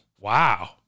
Wow